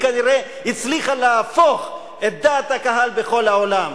היא כנראה הצליחה להפוך את דעת הקהל בכל העולם.